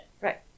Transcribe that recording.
right